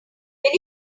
will